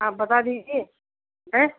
आप बता दीजिए हैं